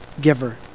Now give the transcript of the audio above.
giver